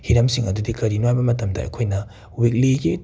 ꯍꯤꯔꯝꯁꯤꯡ ꯑꯗꯨꯗꯤ ꯀꯔꯤꯅꯣ ꯍꯥꯏꯕ ꯃꯇꯝꯗ ꯑꯩꯈꯣꯏꯅ ꯋꯤꯛꯂꯤꯒꯤ